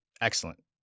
Excellent